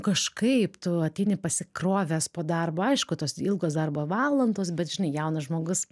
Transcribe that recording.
kažkaip tu ateini pasikrovęs po darbo aišku tos ilgos darbo valandos bet žinai jaunas žmogus